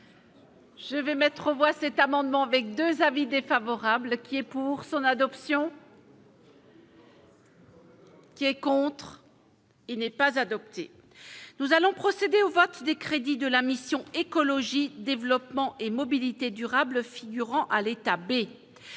Je vais mettre aux voix cet amendement avec 2 avis défavorables qui est pour son adoption. Qui est contre, il n'est pas adopté. Nous allons procéder au vote des crédits de la mission Écologie développement et mobilité durables figurant à l'état B